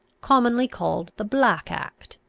commonly called the black act,